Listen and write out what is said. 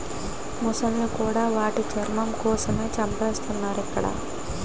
మొసళ్ళను కూడా వాటి చర్మం కోసమే పెంచుతున్నారు ఇక్కడ